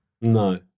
No